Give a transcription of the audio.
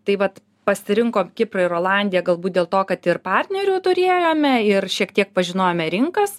tai vat pasirinko kiprą ir olandiją galbūt dėl to kad ir partnerių turėjome ir šiek tiek pažinojome rinkas